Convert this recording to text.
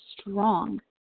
strong